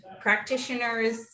practitioners